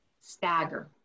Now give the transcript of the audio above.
Stagger